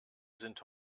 sind